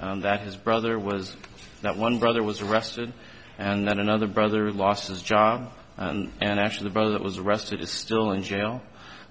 and that his brother was that one brother was arrested and then another brother lost his job and actually the brother that was arrested is still in jail